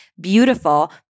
beautiful